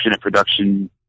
production